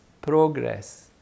progress